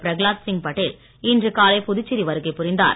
பிரகலாத் சிங் பட்டேல் இன்று காலை புதுச்சேரி வருகை புரிந்தார்